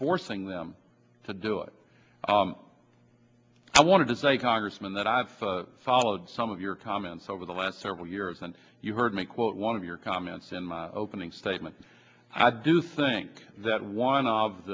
forcing them to do it i wanted to say congressman that i've followed some of your comments over the last several years and you heard me quote one of your comments in my opening statement i do think that one of